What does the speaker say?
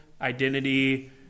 identity